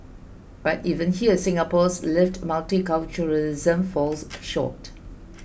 but even here Singapore's lived multiculturalism falls short